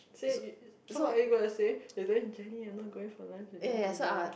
say so what are you gonna say but then Jenny I'm not going for lunch with you all till the